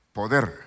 poder